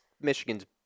Michigan's